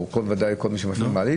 או ודאי כל מי שמפעיל מעלית,